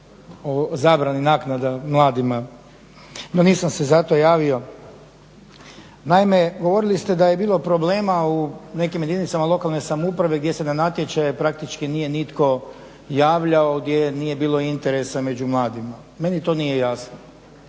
o zabrani naknada mladima, no nisam se zato javio. Naime, govorili ste da je bilo problema u nekim jedinicama lokalne samouprave gdje se na natječaje praktički nije nitko javljao gdje nije bilo interesa među mladima. Meni to nije jasno.